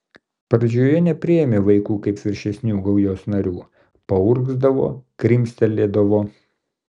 pradžioje nepriėmė vaikų kaip viršesnių gaujos narių paurgzdavo krimstelėdavo